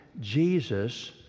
Jesus